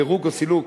פירוק או סילוק